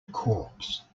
corpse